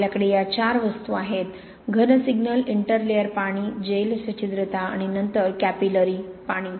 आपल्याकडे या 4वस्तू आहेत घन सिग्नल इंटरलेयर पाणी जेल सच्छिद्रता आणि नंतर कॅपिलॅरी पाणी